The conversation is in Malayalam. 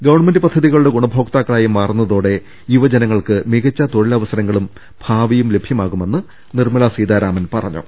ഗവൺമെന്റ് പദ്ധതികളുടെ ഗുണഭോക്താക്കളായി മാറുന്ന തോടെ യുവജനങ്ങൾക്ക് മികച്ച തൊഴിലവസരങ്ങളും ഭാവിയും ലഭ്യ മാകുമെന്ന് നിർമ്മലാ സീതാരാമൻ പറഞ്ഞു